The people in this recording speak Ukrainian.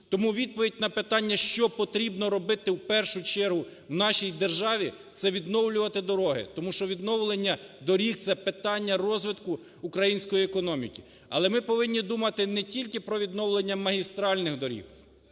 Тому відповідь на питання, що потрібно робити в першу чергу в нашій державі, це відновлювати дороги. Тому що відновлення доріг, це питання розвитку української економіки. Але ми повинні думати не тільки про відновлення магістральних доріг,